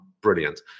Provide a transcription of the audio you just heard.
brilliant